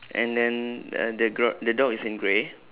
and then uh the gr~ the dog is in grey